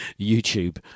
YouTube